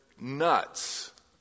nuts